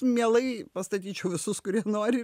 mielai pastatyčiau visus kurie nori